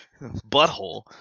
Butthole